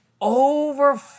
Over